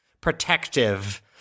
protective